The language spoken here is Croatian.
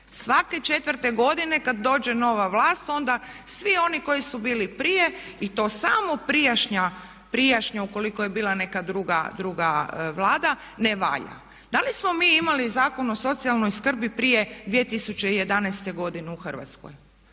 Svake 4.-te godine kada dođe nova vlast onda svi oni koji su bili prije i to samo prijašnja ukoliko je bila neka druga Vlada ne valja. Da li smo mi imali Zakon o socijalnoj skrbi prije 2011. godine u Hrvatskoj?